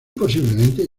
posiblemente